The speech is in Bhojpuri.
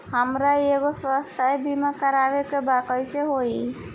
हमरा एगो स्वास्थ्य बीमा करवाए के बा कइसे होई?